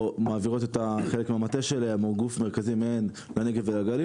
או שהן מעבירות חלק מהמטה שלהם או גוף מרכזי מהן לנגב ולגליל